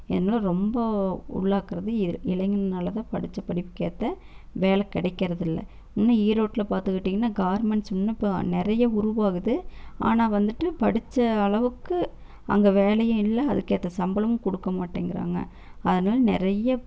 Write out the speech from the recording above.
இதனால் ரொம்ப உள்ளாகுறது இளைஞர்னாலதான் படித்த படிப்புக்கேற்ற வேலை கிடைக்கிறதில்ல இன்னும் ஈரோட்டில் பார்த்துக்கிட்டிங்னா கார்மண்ட்ஸ் இன்னும் இப்போது நிறைய உருவாகுது ஆனால் வந்துட்டு படித்த அளவுக்கு அங்கே வேலையும் இல்லை அதுக்கேற்ற சம்பளமும் கொடுக்க மாட்டேங்கிறாங்க அதனால் நிறைய